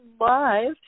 live